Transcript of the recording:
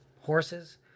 horses